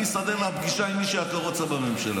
אני אסדר לך פגישה עם מי שאת לא רוצה בממשלה.